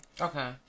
okay